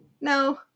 no